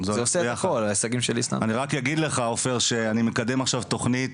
אני רק אגיד לך עופר שאני מקדם עכשיו תכנית,